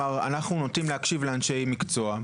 נוטים להקשיב לאנשי מקצוע.